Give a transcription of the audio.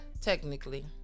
technically